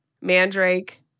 Mandrake